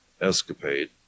escapade